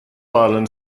island